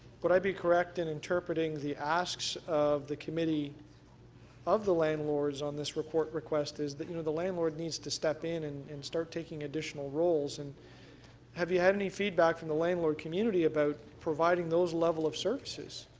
would i be correct in interpreting the asks of the committee of the landlords on this report request is that, you know, the landlord needs to step in and and start taking additional roles and have you had any feedback from the landlord community about providing those level of services?